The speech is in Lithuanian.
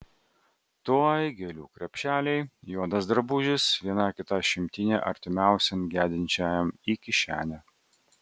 tuoj gėlių krepšeliai juodas drabužis viena kita šimtinė artimiausiam gedinčiajam į kišenę